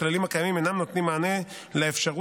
הכללים הקיימים אינם נותנים מענה לאפשרות